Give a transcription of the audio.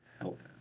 help